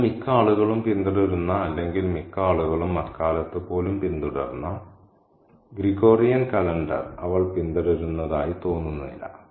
ഇന്ന് മിക്ക ആളുകളും പിന്തുടരുന്ന അല്ലെങ്കിൽ മിക്ക ആളുകളും അക്കാലത്ത് പോലും പിന്തുടർന്ന ഗ്രിഗോറിയൻ കലണ്ടർ അവൾ പിന്തുടരുന്നതായി തോന്നുന്നില്ല